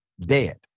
dead